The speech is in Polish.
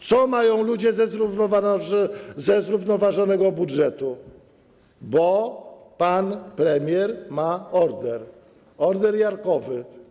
Co mają ludzie ze zrównoważonego budżetu, bo pan premier ma order, order jarkowy?